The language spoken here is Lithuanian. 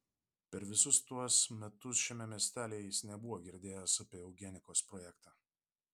per visus tuos metus šiame miestelyje jis nebuvo girdėjęs apie eugenikos projektą